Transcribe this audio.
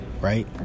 right